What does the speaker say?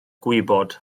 gwybod